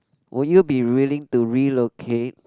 would you be willing to relocate